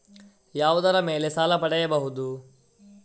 ಯಾವುದರ ಮೇಲೆ ಸಾಲ ಪಡೆಯಬಹುದು?